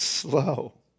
Slow